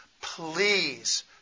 please